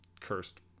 cursed